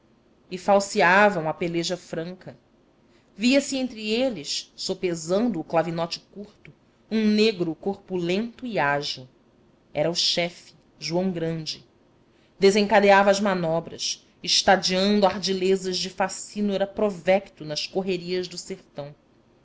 e falseavam a peleja franca via-se entre eles sopesando o clavinote curto um negro corpulento e ágil era o chefe joão grande desencadeava as manobras estadeando ardilezas de facínora provecto nas correrias do sertão